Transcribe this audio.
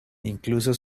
incluso